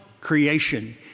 creation